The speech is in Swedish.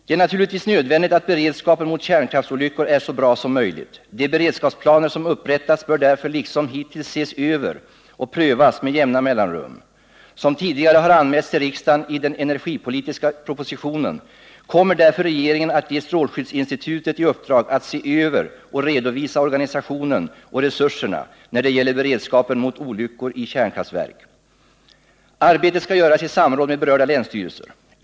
Det är naturligtvis nödvändigt att beredskapen mot kärnkraftsolyckor är så bra som möjligt. De beredskapsplaner som upprättats bör därför liksom hittills ses över och prövas med jämna mellanrum. Som tidigare har anmälts till riksdagen i den energipolitiska propositionen, kommer regeringen därför att ge strålskyddsinstitutet i uppdrag att se över och redovisa organisationen och resurserna när det gäller beredskapen mot olyckor i kärnkraftverk. Arbetet skall göras i samråd med berörda länsstyrelser.